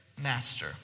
master